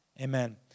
Amen